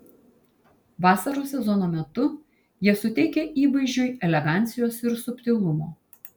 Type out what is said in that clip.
vasaros sezono metu jie suteikia įvaizdžiui elegancijos ir subtilumo